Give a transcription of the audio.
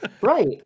Right